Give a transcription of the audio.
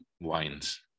wines